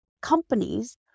companies